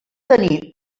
tenir